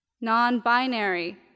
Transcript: Non-binary